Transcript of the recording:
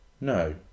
No